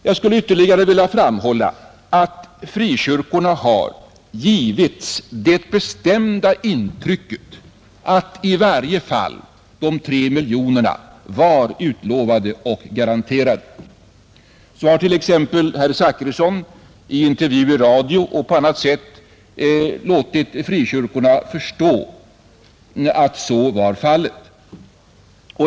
Jag skulle ytterligare vilja framhålla att frikyrkoma givits det bestämda intrycket att i varje fall de 3 miljonerna var utlovade och garanterade. T. ex. herr Zachrisson har i intervju i radio och på annat sätt låtit frikyrkorna förstå att så var fallet.